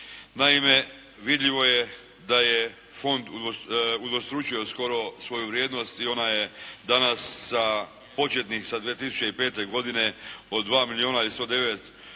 Naime, vidljivo je da je fond udvostručio skoro svoju vrijednost i ona je danas sa početnih 2005. godine od 2 milijuna i 109832 kune